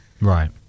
Right